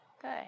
Good